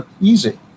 easy